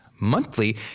Monthly